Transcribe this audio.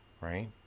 Right